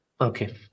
Okay